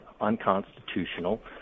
unconstitutional